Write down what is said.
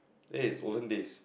ya it's olden days